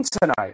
tonight